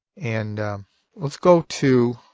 and let's go to,